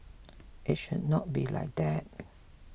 it should not be like that